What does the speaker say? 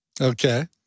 Okay